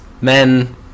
Men